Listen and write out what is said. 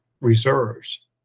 reserves